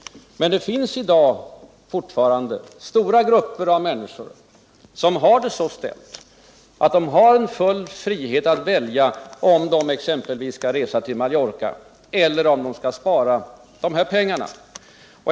Men det finns i dag fortfarande stora grupper människor som har det så ställt att de har full frihet att välja, om de exempelvis skall resa till Mallorca eller om de skall spara pengarna.